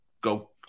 go